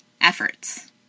efforts